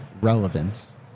relevance